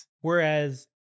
Whereas